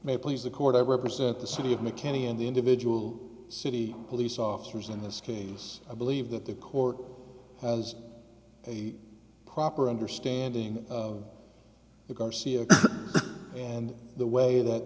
may please the court i represent the city of mckenney and the individual city police officers in this case i believe that the court has a proper understanding of the garcia and the way that